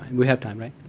we have time, right?